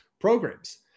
programs